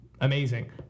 amazing